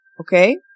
Okay